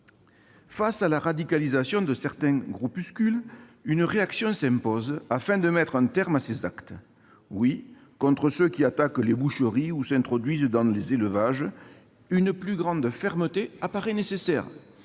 Face à la radicalisation de certains groupuscules, une réaction s'impose afin de mettre un terme à ces actes. Oui, contre ceux qui attaquent les boucheries ou s'introduisent dans les élevages, une plus grande fermeté paraît nécessaire.